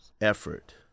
effort